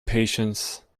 patience